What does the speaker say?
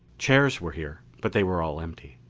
chairs were here but they were all empty.